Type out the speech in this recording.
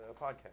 podcast